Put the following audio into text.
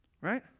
right